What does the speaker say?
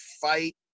fight